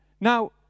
Now